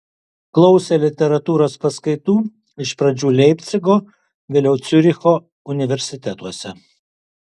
klausė literatūros paskaitų iš pradžių leipcigo vėliau ciuricho universitetuose